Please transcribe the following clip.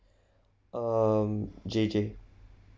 um J J